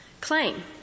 claim